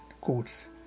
quotes